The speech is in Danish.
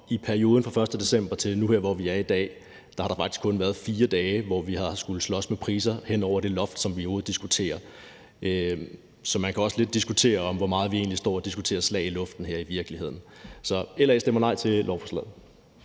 i perioden fra den 1. december til nu her, hvor vi er i dag, har der faktisk kun været 4 dage, hvor vi har skullet slås med priser over det loft, som vi diskuterer. Så man kan egentlig også lidt spørge, hvor meget vi i virkeligheden står og diskuterer slag i luften her. LA stemmer nej til lovforslaget.